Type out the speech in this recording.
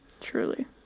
truly